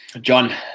John